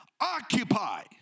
Occupy